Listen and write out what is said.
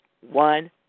One